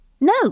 No